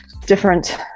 different